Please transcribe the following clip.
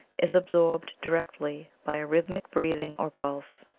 is ab sorbed directly by a rhythmic breathing or pulse.